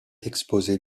exposée